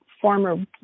former